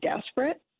desperate